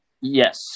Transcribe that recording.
Yes